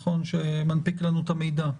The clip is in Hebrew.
שמנפיק לנו את המידע.